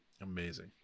Amazing